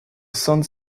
san